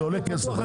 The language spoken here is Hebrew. זה עולה כסף.